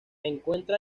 encuentra